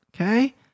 Okay